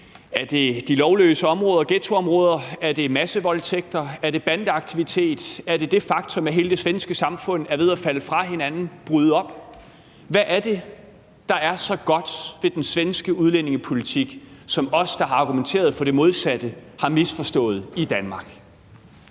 Er det de lovløse områder og ghettoområder? Er det massevoldtægter? Er det bandeaktivitet? Er det det faktum, at hele det svenske samfund er ved at falde fra hinanden, er i opbrud? Hvad er det, der er så godt ved den svenske udlændingepolitik, som os, der har argumenteret for det modsatte, har misforstået i Danmark?